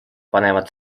panevad